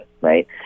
right